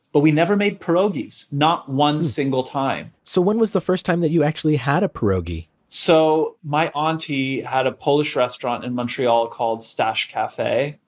but we never made pierogi so not one single time so when was the first time that you actually had a pierogi? so my auntie had a polish restaurant in montreal called stash cafe,